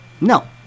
No